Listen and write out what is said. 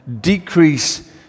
decrease